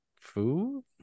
food